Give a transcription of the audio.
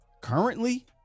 Currently